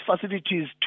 facilities